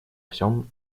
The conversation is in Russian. всем